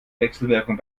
wechselwirkung